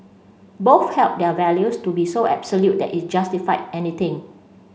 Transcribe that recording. both held their values to be so absolute that it justified anything